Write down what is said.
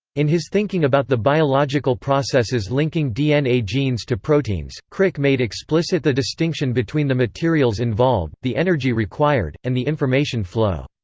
in his thinking about the biological processes linking dna genes to proteins, crick made explicit the distinction between the materials involved, the energy required, and the information flow.